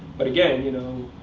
but again, you know,